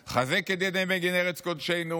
חזק את ידי מגיני ארץ קודשנו,